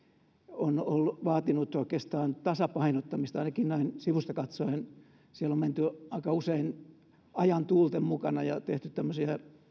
on on vaatinut oikeastaan tasapainottamista ainakin näin sivusta katsoen siellä on menty aika usein ajan tuulten mukana ja tehty tämmöisiä